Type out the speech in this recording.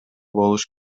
болуш